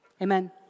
Amen